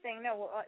No